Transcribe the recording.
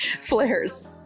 Flares